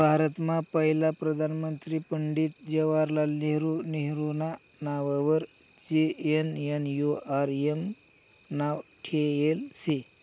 भारतमा पहिला प्रधानमंत्री पंडित जवाहरलाल नेहरू नेहरूना नाववर जे.एन.एन.यू.आर.एम नाव ठेयेल शे